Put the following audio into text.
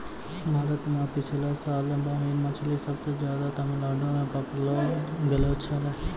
भारत मॅ पिछला साल मरीन मछली सबसे ज्यादे तमिलनाडू मॅ पकड़लो गेलो छेलै